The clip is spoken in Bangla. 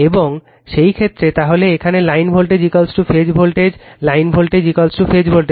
এবং সেই ক্ষেত্রে তাহলে এখানে লাইন ভোল্টেজ ফেজ ভোল্টেজ কী কল লাইন ভোল্টেজ ফেজ ভোল্টেজ